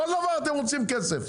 על כל דבר אתם רוצים כסף,